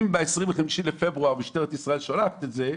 אם ב-25 בפברואר משטרת ישראל שולחת את זה,